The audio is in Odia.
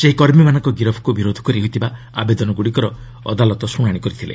ସେହି କର୍ମୀମାନଙ୍କ ଗିରଫକୁ ବିରୋଧ କରି ହୋଇଥିବା ଆବେଦନଗୁଡ଼ିକର ଅଦାଲତ ଶୁଣାଣି କରୁଥିଲେ